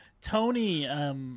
Tony